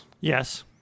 Yes